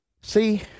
See